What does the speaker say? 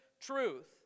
truth